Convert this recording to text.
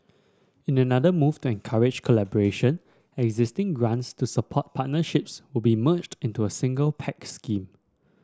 in another move to encourage collaboration existing grants to support partnerships will be merged into a single Pact scheme